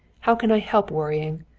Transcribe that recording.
how can i help worrying?